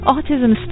Autism